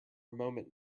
moment